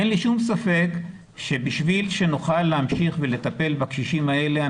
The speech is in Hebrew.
אין לי שום ספק שכדי שנוכל להמשיך ולטפל בקשישים האלה,